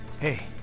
Hey